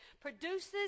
produces